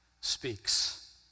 speaks